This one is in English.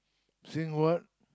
sing what